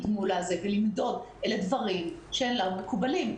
מולה ולמדוד אלה דברים שאינם מקובלים.